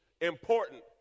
important